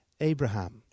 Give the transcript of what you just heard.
Abraham